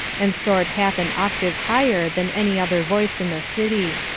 and soared half an octave higher than any other voice in the city.